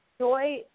Joy